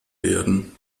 werden